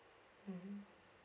mm